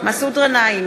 מסעוד גנאים,